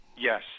Yes